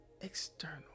external